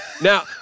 Now